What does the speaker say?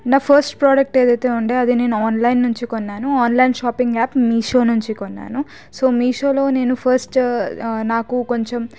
నా first product ఏదైతే ఉందో అది నేను ఆన్లైన్ నుంచి కొన్నాను ఆన్లైన్ షాపింగ్ యాప్ మీషో నుంచి కొన్నాను సో మీషో నేను ఫస్ట్ నాకు కొంచెం